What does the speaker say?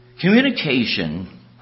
Communication